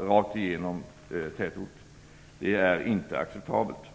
rakt igenom en tätort, som Karl-Erik Persson undrade? Det är inte acceptabelt.